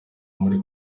muri